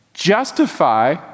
justify